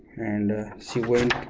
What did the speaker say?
and she went